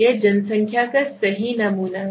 यह जनसंख्या का सही नमूना है